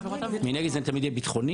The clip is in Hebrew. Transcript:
מנגד זה תמיד יהיה ביטחוני?